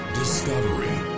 discovery